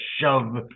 shove